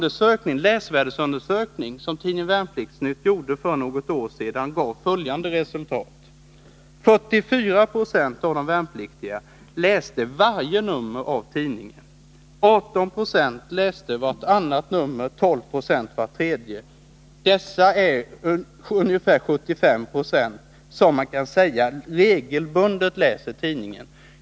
En läsvärdesundersökning som tidningen Värnplikts-Nytt gjorde för något år sedan gav följande resultat: 44 96 av de värnpliktiga läste varje nummer av tidningen, 18 96 läste vartannat nummer och 12 96 vart tredje. Det betyder att det kan sägas att ungefär 75 90 regelbundet läser tidningen.